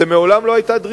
זה מעולם לא היה דרישה,